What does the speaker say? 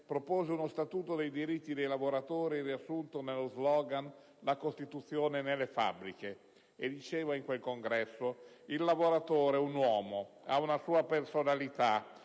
propose uno Statuto dei diritti dei lavoratori, riassunto nello slogan «la Costituzione nelle fabbriche», e diceva in quel congresso: «Il lavoratore è un uomo, ha una sua personalità,